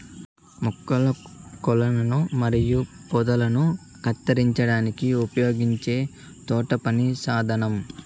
మొక్కల కొనలను మరియు పొదలను కత్తిరించడానికి ఉపయోగించే తోటపని సాధనం